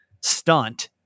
stunt